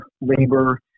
labor